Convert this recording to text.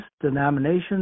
denominations